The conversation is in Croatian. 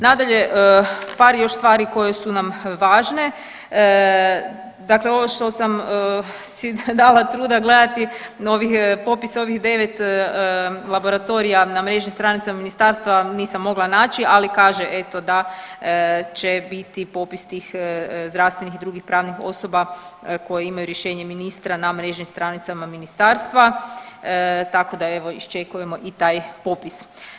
Nadalje, par još stvari koje su nam važne, dakle ovo što sam si dala truda gledati popis ovih devet laboratorija na mrežnim stranicama ministarstva nisam mogla naći, ali kaže eto da će biti popis tih zdravstvenih i drugih pravnih osoba koje imaju rješenje ministra na mrežnim stranicama ministarstva, tako da evo iščekujemo i taj popis.